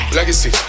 Legacy